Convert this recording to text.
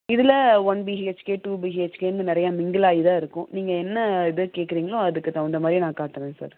இதில் one BHK two பிஹெச்கேன்னு நிறைய மிங்கிள் ஆகி தான் இருக்கும் நீங்கள் என்ன இதை கேட்குறீங்களோ அதுக்கு தகுந்த மாதிரியே நான் காட்டுகிறேன் சார்